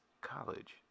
college